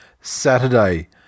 Saturday